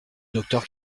docteur